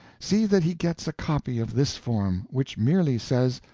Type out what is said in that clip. see that he gets a copy of this form, which merely says,